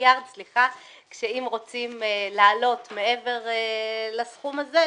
כשאם רוצים לעלות מעבר לסכום הזה,